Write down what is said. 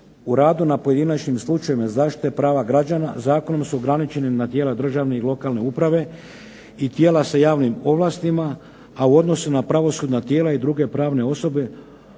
u radu na pojedinačnim slučajevima zaštite prava građana zakonom su ograničene na tijela državne i lokalne uprave i tijela sa javnim ovlastima, a u odnosu na pravosudna tijela i druge pravne osobe